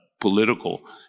political